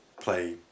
play